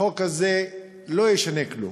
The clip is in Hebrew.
החוק הזה לא ישנה כלום.